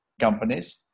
companies